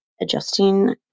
adjusting